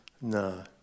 No